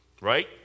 right